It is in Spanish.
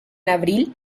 abril